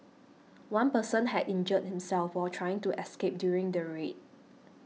one person had injured himself while trying to escape during the raid